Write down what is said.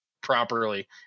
properly